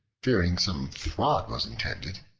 fearing some fraud was intended,